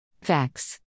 Facts